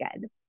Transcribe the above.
good